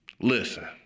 Listen